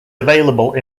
available